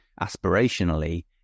aspirationally